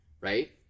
right